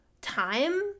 time